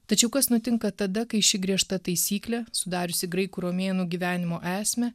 tačiau kas nutinka tada kai ši griežta taisyklė sudariusi graikų romėnų gyvenimo esmę